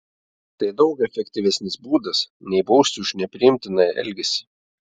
tai daug efektyvesnis būdas nei bausti už nepriimtiną elgesį